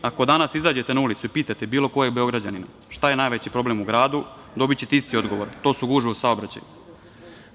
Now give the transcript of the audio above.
Ako danas izađete na ulicu i pitate bilo kojeg Beograđanina - šta je najveći problemu u gradu, dobićete isti odgovor - to su gužve u saobraćaju.